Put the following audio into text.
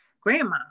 grandma